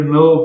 no